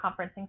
conferencing